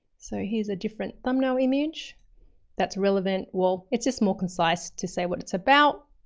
so here's a different thumbnail image that's relevant. well, it's just more concise to say what it's about.